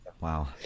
Wow